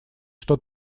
что